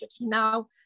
now